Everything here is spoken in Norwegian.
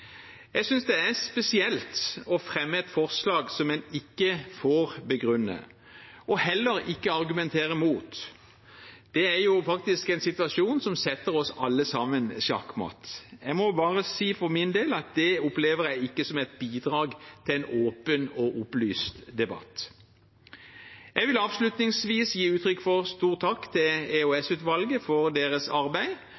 Jeg synes det er spesielt å fremme et forslag som en ikke får begrunne og heller ikke argumentere mot. Det er jo faktisk en situasjon som setter oss alle sammen sjakk matt. Jeg må bare si for min del at det opplever jeg ikke som et bidrag til en åpen og opplyst debatt. Jeg vil avslutningsvis gi uttrykk for stor takk til